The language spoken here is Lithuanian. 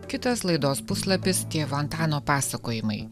kitas laidos puslapis tėvo antano pasakojimai